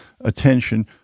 attention